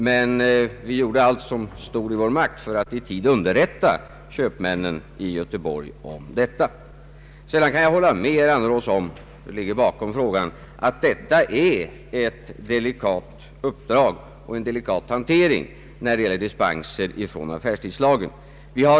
Men vi gjorde allt som stod i vår makt för att i tid underrätta köpmännen i Göteborg om detta. Jag kan hålla med herr Annerås om att det är ett delikat uppdrag och en delikat hantering när det gäller dispenser från affärstidslagen.